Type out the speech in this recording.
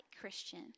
Christian